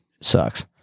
sucks